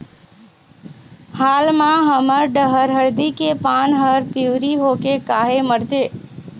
हाल मा हमर डहर हरदी के पान हर पिवरी होके काहे मरथे?